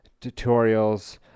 tutorials